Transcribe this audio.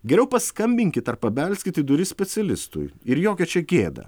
geriau paskambinkit ar pabelskit į duris specialistui ir jokia čia gėda